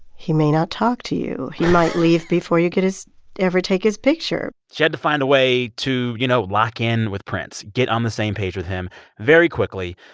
he may not talk to you he might leave before you get his ever take his picture she had to find a way to, you know, lock in with prince, get on the same page with him very quickly.